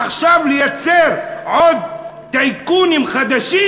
עכשיו לייצר עוד טייקונים חדשים?